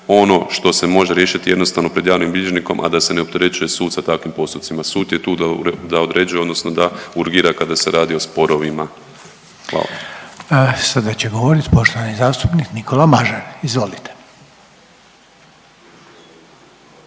ono što se može riješiti jednostavno pred javnim bilježnikom, a da se ne opterećuje suca takvim postupcima, sud je tu da određuje odnosno da urgira kada se radi o sporovima, hvala. **Reiner, Željko (HDZ)** Sada će govorit poštovani zastupnik Nikola Mažar, izvolite.